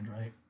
right